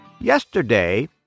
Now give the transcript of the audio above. Yesterday